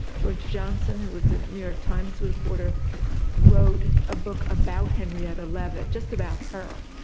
george johnson, who was a new york times reporter wrote a book about henrietta leavitt, just about her,